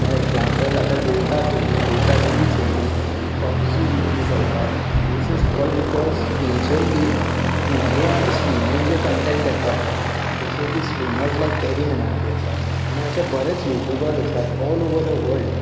for example आतां Dota चल्ली Dota two चल्ली पबजी जितली चलता this is all because majorly video आनी स्ट्रिमिंग जे कंटेन्ट येता पळय जशें की स्ट्रिमर्स लायक केरीमीनाटी आसा आनी अशें बरेच युट्यूबर आसात ऑल ओवर द वर्ल्ड